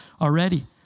already